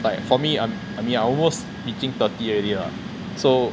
like for me I'm I mean I'm almost reaching thirty already so